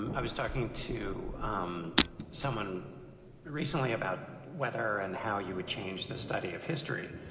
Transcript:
and i was talking to um someone recently about whether and how you would change this study of history.